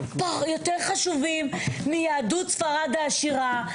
יותר חשובים מיהדות ספרד העשירה.